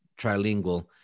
trilingual